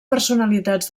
personalitats